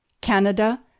Canada